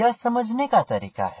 यह समझने का तरीका है